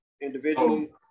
individually